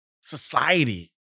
society